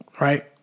right